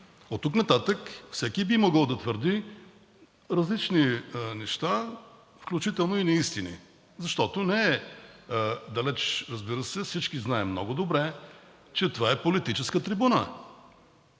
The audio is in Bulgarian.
Оттук нататък всеки би могъл да твърди различни неща, включително и неистини, защото, разбира се, всички знаем много добре, че това е политическа трибуна